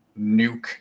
nuke